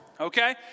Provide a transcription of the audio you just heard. okay